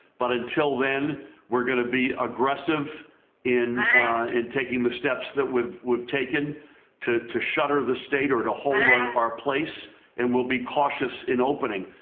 but until then we're going to be aggressive in in taking the steps that we've we've taken to to shutter the state or to hold our our place, and we'll be cautious in opening.